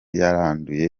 yaranduye